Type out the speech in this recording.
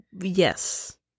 Yes